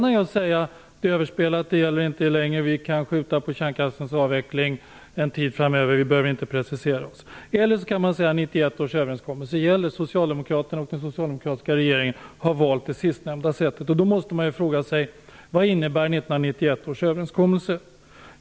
Det ena är att säga att det är överspelat, att det inte gäller längre, att vi kan skjuta på kärnkraftens avveckling en tid framöver och att vi inte behöver precisera oss. Det andra förhållningssättet är att säga att 1991 års överenskommelse gäller. Socialdemokraterna och den socialdemokratiska regeringen har valt det sistnämnda sättet, och då måste man fråga sig: Vad innebär 1991 års överenskommelse?